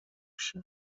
się